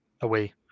away